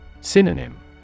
Synonym